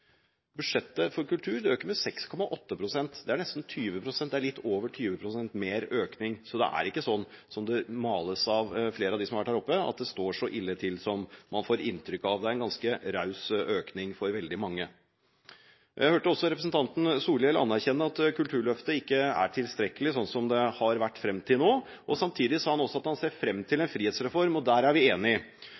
Budsjettet for kultur øker med 6,8 pst. Det er litt over 20 pst. mer økning, så det er ikke sånn som det males av flere av dem som har vært her oppe, at det står så ille til som man får inntrykk av. Det er en ganske raus økning for veldig mange. Jeg hørte også representanten Solhjell erkjenne at Kulturløftet ikke er tilstrekkelig sånn som det har vært fram til nå. Samtidig sa han at han ser fram til en frihetsreform. Der er vi